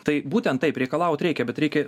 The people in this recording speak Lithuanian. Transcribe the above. tai būtent taip reikalaut reikia bet reikia